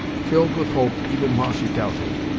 filled with hope even while she doubted.